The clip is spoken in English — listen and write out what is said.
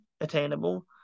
attainable